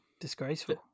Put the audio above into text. disgraceful